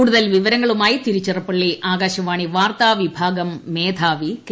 കൂടുതൽ വിവരങ്ങളുമായി തിരുച്ചിറപ്പള്ളി ആകാശവാണി വാർത്താവിഭാഗം മേധാവി കെ